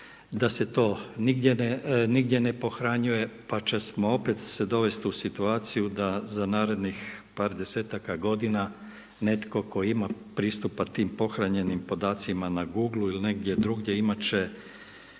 da se to nigdje ne pohranjuje, pa ćemo se opet dovesti u situaciju da za narednih par desetaka godina netko tko ima pristupa tim pohranjenim podacima na Googlu ili negdje drugdje imat će